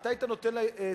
אם אתה היית נותן לה תמיכה,